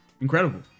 incredible